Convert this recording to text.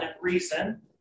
reason